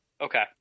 Okay